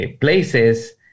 places